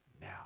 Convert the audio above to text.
now